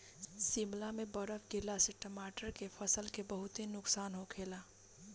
शिमला में बरफ गिरला से टमाटर के फसल के बहुते नुकसान होखेला